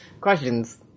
Questions